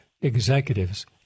executives